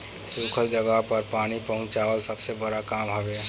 सुखल जगह पर पानी पहुंचवाल सबसे बड़ काम हवे